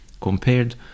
compared